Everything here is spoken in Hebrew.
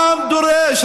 העם דורש,